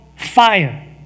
fire